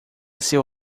seu